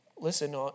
Listen